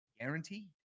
guaranteed